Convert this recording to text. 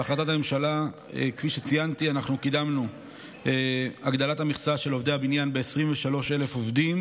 בהחלטת הממשלה קידמנו את הגדלת המכסה של עובדי הבניין ב-23,000 עובדים,